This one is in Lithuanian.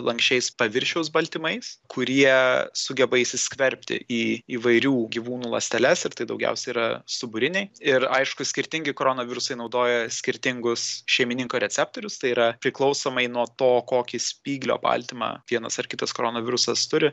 lanksčiais paviršiaus baltymais kurie sugeba įsiskverbti į įvairių gyvūnų ląsteles ir tai daugiausiai yra stuburiniai ir aišku skirtingi koronavirusai naudoja skirtingus šeimininko receptorius tai yra priklausomai nuo to kokį spyglio baltymą vienas ar kitas koronavirusas turi